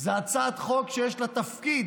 זאת הצעת חוק שיש לה תפקיד,